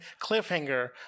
cliffhanger